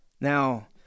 Now